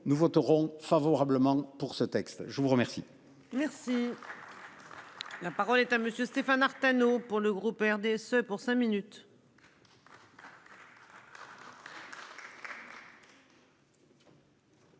nous voterons favorablement pour ce texte. Je vous remercie.